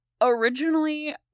originally